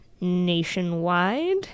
Nationwide